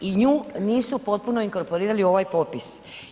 I nju nisu potpuno inkorporirali u ovaj popis.